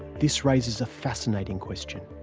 this raises a fascinating question